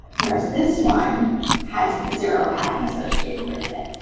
whereas, this one has zero padding associated with it.